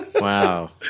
Wow